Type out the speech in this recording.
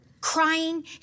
crying